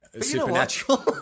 Supernatural